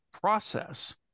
process